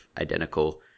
identical